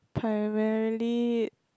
primarily